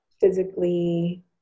physically